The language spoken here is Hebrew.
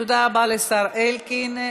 תודה רבה לשר אלקין.